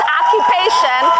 occupation